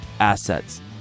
assets